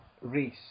Reese